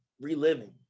reliving